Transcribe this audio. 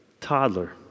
toddler